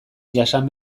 jasan